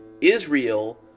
Israel